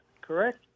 correct